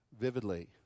vividly